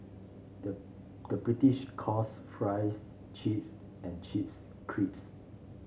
the British calls fries chips and chips crisps